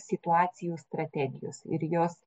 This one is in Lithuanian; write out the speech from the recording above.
situacijų strategijos ir jos